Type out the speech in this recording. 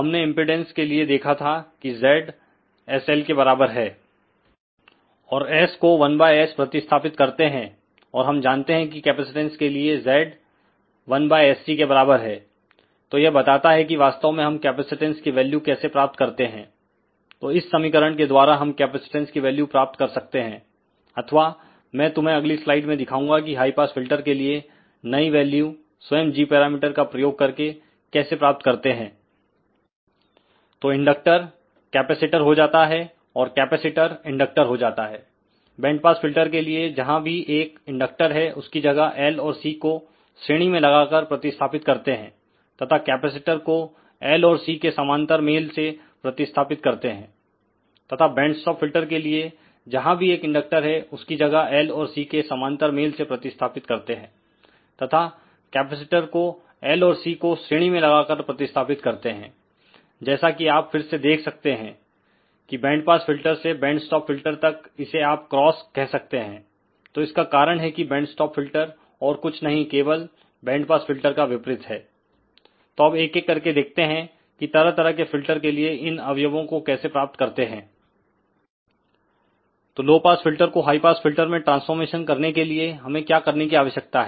हमनेइंपेडेंस के लिए देखा था कि Z sL के बराबर है और sको 1बाय s प्रतिस्थापित करते हैं और हम जानते हैं कि कैपेसिटेंस के लिए Z 1बाय sC के बराबर है तो यह बताता है कि वास्तव में हम कैपेसिटेंस की वैल्यू कैसे प्राप्त करते हैंतो इस समीकरण के द्वारा हम कैपेसिटेंस की वैल्यू प्राप्त कर सकते हैं अथवा मैं तुम्हें अगली स्लाइड में दिखाऊंगा कि हाई पास फिल्टर के लिए नई वैल्यू स्वयं g पैरामीटर का प्रयोग करके कैसे प्राप्त करते हैं तो इंडक्टर कैपेसिटर होजाता है और कैपेसिटर इंडक्टर हो जाता है बैंड पास फिल्टर के लिए जहां भी एक इंडक्टर है उसकी जगह L और C को श्रेणी में लगाकर प्रतिस्थापित करते हैं तथा कैपेसिटर को L और C के समांतर मेल से प्रतिस्थापित करते हैं तथा बैंड स्टॉप फिल्टर के लिए जहां भी एक इंडक्टर है उसकी जगह L और C के समांतर मेल से प्रतिस्थापित करते हैं तथा कैपेसिटर को L और C को श्रेणी में लगाकर प्रतिस्थापित करते हैं जैसा कि आप फिर से देख सकते हैं कि बैंड पास फिल्टर से बैंड स्टॉप फिल्टर तक इसे आप क्रॉस कह सकते हैं तो इसका कारण है कि बैंड स्टॉप फिल्टर और कुछ नहीं केवल बैंड पास फिल्टर का विपरीत है तो अब एक एक करके देखते हैं कितरह तरह के फिल्टर के लिएइन अवयवों को कैसे प्राप्त करते हैं तो लो पास फिल्टर को हाई पास फिल्टर में ट्रांसफॉरमेशन करने के लिए हमें क्या करने की आवश्यकता है